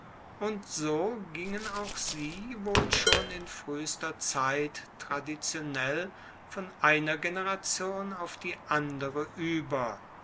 und so gingen auch sie wohl schon in fruehester zeit traditionell von einer generation auf die andere ueber